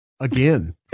again